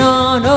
on